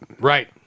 Right